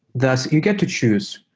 thus, you get to choose.